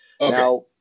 now